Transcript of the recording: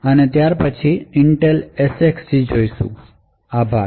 અને પછી Intel SGX જોઈશુ આભાર